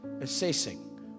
Assessing